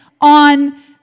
on